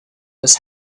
was